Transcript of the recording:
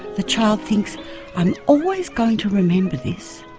the child thinks i am always going to remember this,